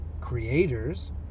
creators